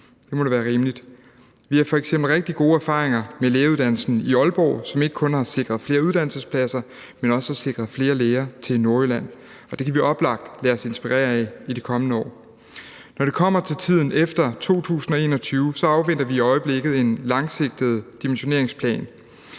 Det må da være rimeligt. Vi har f.eks. rigtig gode erfaringer med lægeuddannelsen i Aalborg, som ikke kun har sikret flere uddannelsespladser, men også har sikret flere læger til Nordjylland. Det kan vi oplagt lade os inspirere af i de kommende år. Når det kommer til tiden efter 2021, afventer vi i øjeblikket en langsigtet dimensioneringsplan.